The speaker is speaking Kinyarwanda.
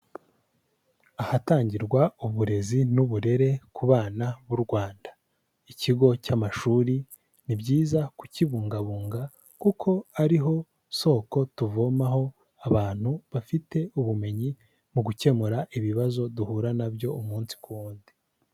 Ahatangirwa uburezi n'uburere ku bana b'u Rwanda, ikigo cy'amashuri ni byiza kukibungabunga kuko ari ho soko tuvomaho abantu bafite ubumenyi mu gukemura ibibazo duhura nabyo umunsi ku wundi.